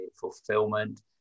fulfillment